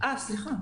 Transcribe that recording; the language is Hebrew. אה, סליחה.